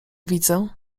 widzę